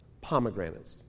pomegranates